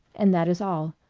and that is all.